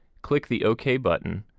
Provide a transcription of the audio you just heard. click the ok button.